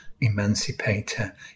emancipator